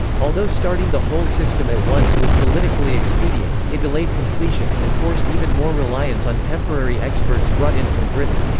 although starting the whole system at once was politically expedient, it delayed completion, and forced even more reliance on temporary experts brought in from britain.